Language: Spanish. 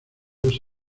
dos